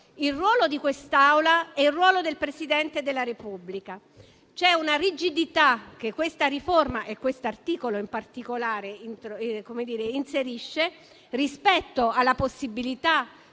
il ruolo di quest'Assemblea e il ruolo del Presidente della Repubblica. C'è una rigidità che questa riforma e questo articolo in particolare introduce rispetto alla possibilità